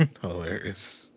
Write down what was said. Hilarious